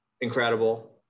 incredible